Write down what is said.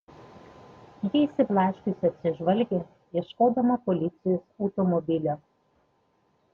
ji išsiblaškiusi apsižvalgė ieškodama policijos automobilio